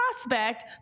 prospect